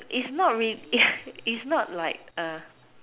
it's not it's not like a